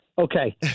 Okay